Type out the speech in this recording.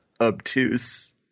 obtuse